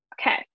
Okay